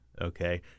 Okay